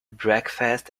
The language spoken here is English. breakfast